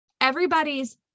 everybody's